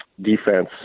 defense